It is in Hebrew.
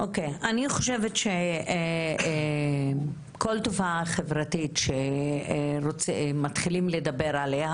אני חושבת שכל תופעה חברתית שמתחילים לדבר עליה,